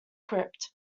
crypt